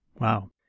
Wow